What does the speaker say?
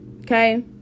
okay